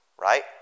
right